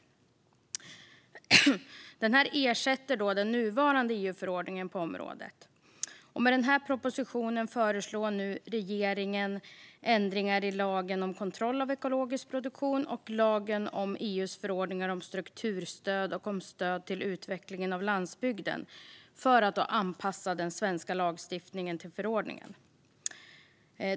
Denna förordning ersätter den nuvarande EU-förordningen på området. Med denna proposition föreslår nu regeringen ändringar i lagen om kontroll av ekologisk produktion och lagen om EU:s förordningar om strukturstöd och om stöd till utvecklingen av landsbygden för att anpassa den svenska lagstiftningen till förordningen.